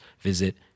visit